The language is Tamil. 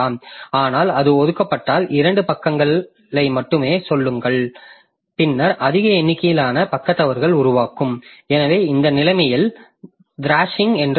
ஆனால் அது ஒதுக்கப்பட்டால் இரண்டு பக்கங்களை மட்டுமே சொல்லுங்கள் பின்னர் அதிக எண்ணிக்கையிலான பக்க தவறுகள் உருவாகும் எனவே அந்த நிலைமை த்ராஷிங் என்று அழைக்கப்படும்